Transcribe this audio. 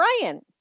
Brian